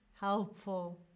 helpful